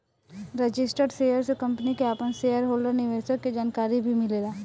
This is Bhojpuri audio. रजिस्टर्ड शेयर से कंपनी के आपन शेयर होल्डर निवेशक के जानकारी भी मिलेला